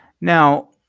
Now